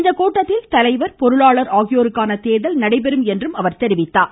இக்கூட்டத்தில் தலைவர் பொருளாளர் ஆகியோருக்கான தேர்தல் நடைபெற உள்ளதாக அவர் கூறியுள்ளார்